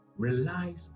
Relies